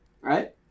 right